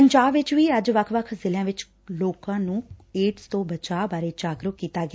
ਪੰਜਾਬ ਵਿਚ ਵੀ ਅੱਜ ਵੱਖ ਜ਼ਿਲਿਆਂ ਵਿਚ ਲੋਕਾਂ ਨੂੰ ਏਡਜ ਤੋਂ ਬਚਾਅ ਬਾਰੇ ਜਾਗਰੁਕ ਕੀਤਾ ਗਿਆ